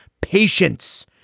Patience